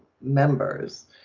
members